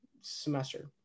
semester